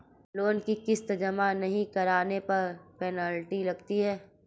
Loan की किश्त जमा नहीं कराने पर क्या पेनल्टी लगती है?